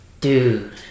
Dude